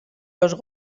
los